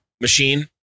machine